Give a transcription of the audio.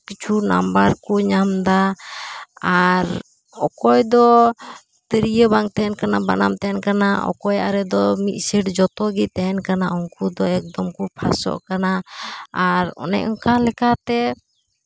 ᱠᱤᱪᱷᱩ ᱱᱟᱢᱵᱟᱨ ᱠᱚ ᱧᱟᱢᱮᱫᱟ ᱟᱨ ᱚᱠᱚᱭᱫᱚ ᱛᱤᱨᱭᱟᱹ ᱵᱟᱝ ᱛᱟᱦᱮᱱ ᱠᱟᱱᱟ ᱵᱟᱱᱟᱢ ᱛᱟᱦᱮᱱ ᱠᱟᱱᱟ ᱚᱠᱚᱭᱟᱜ ᱨᱮᱫᱚ ᱢᱤᱫ ᱥᱮᱴ ᱡᱚᱛᱚᱜᱮ ᱛᱟᱦᱮᱱ ᱠᱟᱱᱟ ᱩᱱᱠᱩ ᱫᱚ ᱮᱠᱫᱚᱢ ᱠᱚ ᱯᱷᱟᱥᱚᱜ ᱠᱟᱱᱟ ᱟᱨ ᱚᱱᱮ ᱚᱱᱠᱟ ᱞᱮᱠᱟᱛᱮ